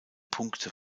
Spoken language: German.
punkte